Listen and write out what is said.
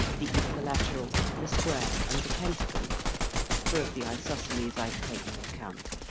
the equilateral, the square, and the pentagon for of the isosceles i take no account.